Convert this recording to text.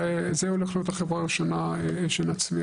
זה הולך להיות החברה הראשונה שנצמיח.